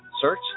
Search